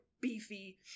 beefy